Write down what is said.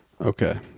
Okay